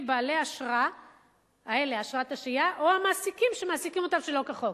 בעלי אשרת השהייה או המעסיקים שמעסיקים אותם שלא כחוק.